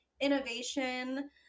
innovation